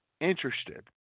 interested